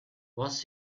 what’s